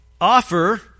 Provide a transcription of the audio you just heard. Offer